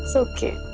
so okay,